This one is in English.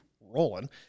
rolling